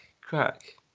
crack